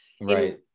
right